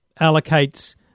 allocates